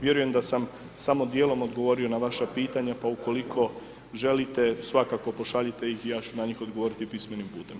Vjerujem da sam samo djelom odgovorio na vaša pitanja, pa ukoliko želite, svakako pošaljite ih i ja ću na njih odgovoriti i pismenim putem.